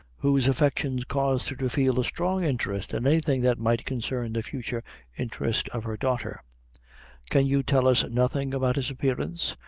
whose affections caused! her to feel a strong interest in anything that might concern the future interest of her daughter can you tell us nothing about his appearance,